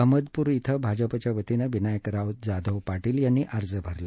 अहमदपुर िं भाजपाच्या वतीनं विनायक राव जाधव पाटील यांनी अर्ज भरला